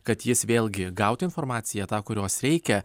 kad jis vėlgi gautų informaciją tą kurios reikia